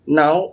now